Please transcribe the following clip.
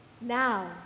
Now